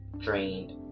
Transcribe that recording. drained